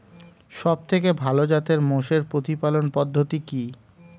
সবথেকে ভালো জাতের মোষের প্রতিপালন পদ্ধতি কি?